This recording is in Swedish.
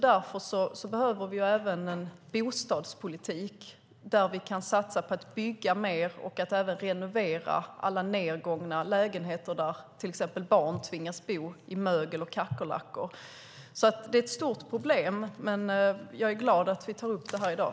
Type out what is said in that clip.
Därför behöver vi även en bostadspolitik där vi kan satsa på att bygga mer och att även renovera alla nedgångna lägenheter där till exempel barn tvingas bo i mögel och bland kackerlackor. Det är alltså ett stort problem, men jag är glad att vi tar upp det här i dag.